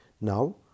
Now